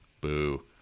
boo